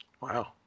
Wow